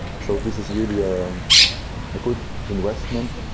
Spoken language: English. so, this is really a um good investment.